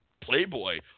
Playboy